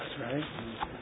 right